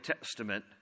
Testament